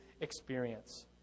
experience